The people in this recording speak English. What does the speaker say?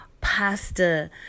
pasta